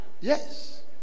Yes